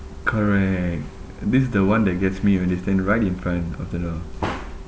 correct this is the one that gets me when they stand right in front of the door